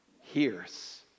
hears